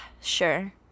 sure